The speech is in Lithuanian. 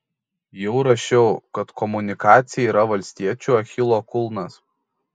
jau rašiau kad komunikacija yra valstiečių achilo kulnas